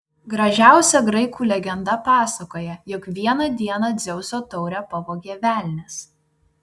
gražiausia graikų legenda pasakoja jog vieną dieną dzeuso taurę pavogė velnias